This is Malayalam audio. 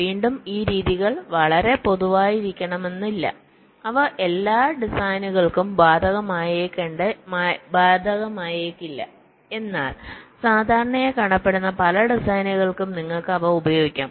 വീണ്ടും ഈ രീതികൾ വളരെ പൊതുവായതായിരിക്കണമെന്നില്ല അവ എല്ലാ ഡിസൈനുകൾക്കും ബാധകമായേക്കില്ല എന്നാൽ സാധാരണയായി കാണപ്പെടുന്ന പല ഡിസൈനുകൾക്കും നിങ്ങൾക്ക് അവ ഉപയോഗിക്കാം